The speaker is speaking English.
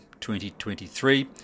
2023